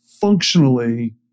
functionally